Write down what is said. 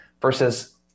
versus